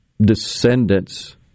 descendants